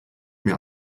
mir